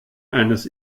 eines